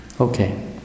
Okay